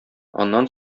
аннан